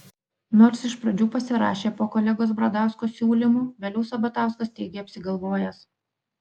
nors iš pradžių pasirašė po kolegos bradausko siūlymu vėliau sabatauskas teigė apsigalvojęs